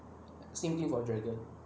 same thing for dragon